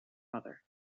mother